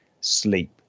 sleep